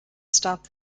stop